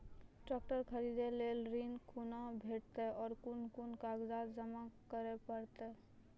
Tractor खरीदै लेल ऋण कुना भेंटते और कुन कुन कागजात जमा करै परतै?